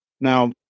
now